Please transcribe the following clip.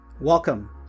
Welcome